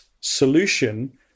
solution